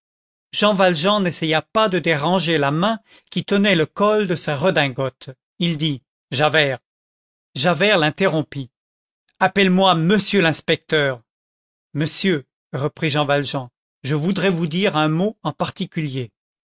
jean valjean n'essaya pas de déranger la main qui tenait le col de sa redingote il dit javert javert l'interrompit appelle-moi monsieur l'inspecteur monsieur reprit jean valjean je voudrais vous dire un mot en particulier